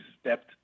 stepped